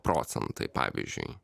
procentai pavyzdžiui